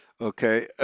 Okay